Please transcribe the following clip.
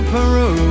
Peru